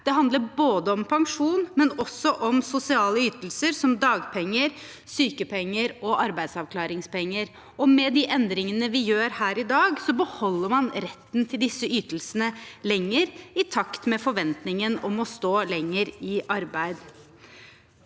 Det handler om pensjon, men også om sosiale ytelser, som dagpenger, sykepenger og arbeidsavklaringspenger. Med de endringene vi gjør her i dag, beholder man retten til disse ytelsene lenger, i takt med forventningen om å stå lenger i arbeid.